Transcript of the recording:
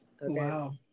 wow